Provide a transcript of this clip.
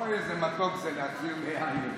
אוי, איזה מתוק זה להחזיר ליאיר.